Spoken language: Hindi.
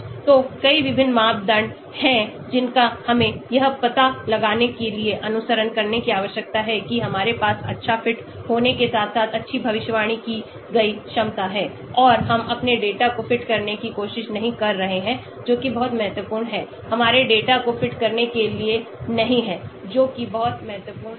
तो कई विभिन्न मापदंड हैं जिनका हमें यह पता लगाने के लिए अनुसरण करने की आवश्यकता है कि हमारे पास अच्छा फिट होने के साथ साथ अच्छी भविष्यवाणी की गई क्षमता है और हम अपने डेटा को फिट करने की कोशिश नहीं कर रहे हैं जो कि बहुत महत्वपूर्ण है हमारे डेटा को फिट करने के लिए नहीं है जोकि बहुत महत्वपूर्ण है